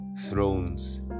thrones